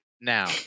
now